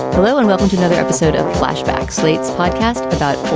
hello and welcome to another episode of flashback, slate's podcast about.